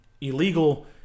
illegal